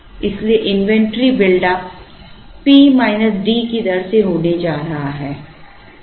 इसलिए inventory build up P D की दर से होने जा रहा है